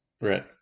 Right